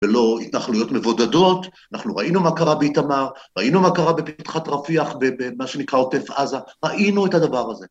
‫ולא התנחלויות מבודדות. ‫אנחנו ראינו מה קרה באיתמר, ‫ראינו מה קרה בפתחת רפיח, ‫במה שנקרא עוטף עזה, ‫ראינו את הדבר הזה.